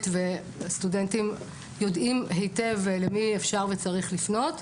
וסטודנטים יודעים היטב למי אפשר וצריך לפנות.